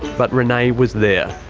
but renay was there.